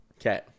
Okay